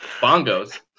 bongos